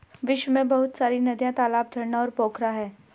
विश्व में बहुत सारी नदियां, तालाब, झरना और पोखरा है